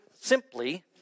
simply